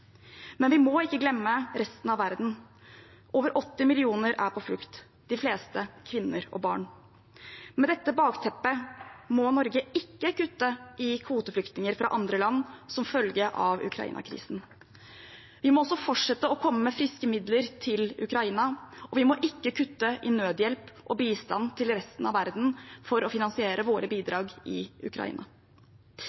men vi må ikke glemme resten av verden. Over 80 millioner er på flukt – de fleste kvinner og barn. Med dette som bakteppe må Norge ikke kutte i tallet på kvoteflyktninger fra andre land som følge av Ukraina-krisen. Vi må også fortsette å komme med friske midler til Ukraina, og vi må ikke kutte i nødhjelp og bistand til resten av verden for å finansiere våre